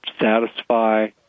satisfy